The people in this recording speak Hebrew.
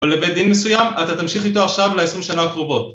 או לבית דין מסוים, אתה תמשיך איתו עכשיו לעשרים שנה הקרובות